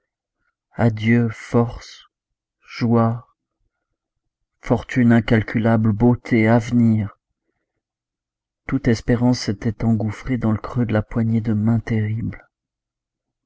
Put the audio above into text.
adieu forces joies fortune incalculable beauté avenir toute espérance s'était engouffrée dans le creux de la poignée de main terrible